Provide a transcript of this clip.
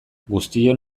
guztion